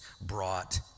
brought